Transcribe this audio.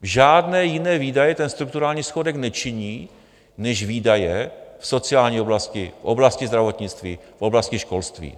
Žádné jiné výdaje ten strukturální schodek nečiní než výdaje v sociální oblasti, v oblasti zdravotnictví, v oblasti školství.